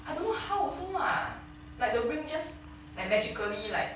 I don't know how also lah like the ring just like magically like